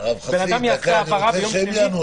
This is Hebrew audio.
בן אדם יעשה העברה ביום שני,